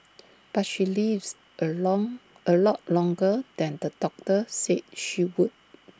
but she lives A long A lot longer than the doctor said she would